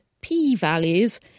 P-Values